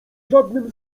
żadnym